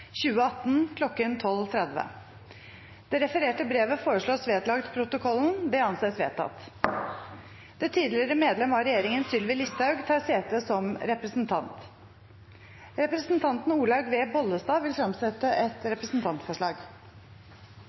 2018 kl. 1230.» Det refererte brevet foreslås vedlagt protokollen. – Det anses vedtatt. Det tidligere medlem av regjeringen, Sylvi Listhaug , tar sete som representant. Representanten Olaug V. Bollestad vil fremsette et representantforslag.